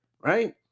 right